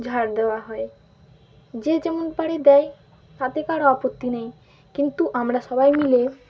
ঝাঁট দেওয়া হয় যে যেমন পাড়ে দেয় তাতে কারো আপত্তি নেই কিন্তু আমরা সবাই মিলে